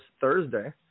Thursday